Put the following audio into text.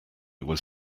was